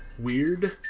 weird